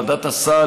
ועדת הסל,